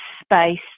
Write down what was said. space